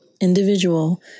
individual